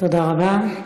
תודה רבה.